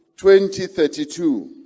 2032